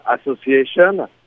association